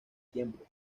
tiempo